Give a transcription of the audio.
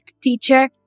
teacher